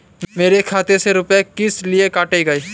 मेरे खाते से रुपय किस लिए काटे गए हैं?